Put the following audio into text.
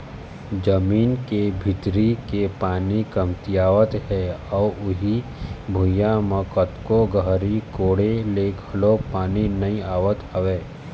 जमीन के भीतरी के पानी कमतियावत हे अउ उही भुइयां म कतको गहरी कोड़े ले घलोक पानी नइ आवत हवय